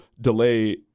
delay